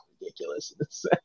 ridiculous